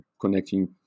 connecting